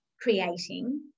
creating